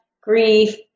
grief